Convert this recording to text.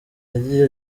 yagiye